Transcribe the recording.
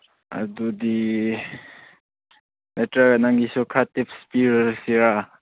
ꯑꯗꯨꯗꯤ ꯅꯠꯇ꯭ꯔꯒ ꯅꯪꯒꯤꯁꯨ ꯈꯔ ꯇꯤꯞꯁ ꯄꯤꯔꯁꯤꯔꯥ